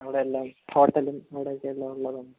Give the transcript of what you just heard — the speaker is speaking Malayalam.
അവിടെ എല്ലാ ഹോട്ടലും അവിടെ ഒക്കെ എല്ലാം ഉള്ളതാണ്